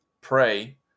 pray